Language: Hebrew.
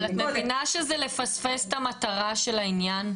את מבינה שזה לפספס את המטרה של העניין?